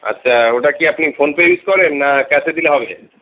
আচ্ছা ওটা কি আপনি ফোনপে ইউজ করেন না ক্যাশে দিলে হবে